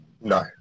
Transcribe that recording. no